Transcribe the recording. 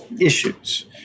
issues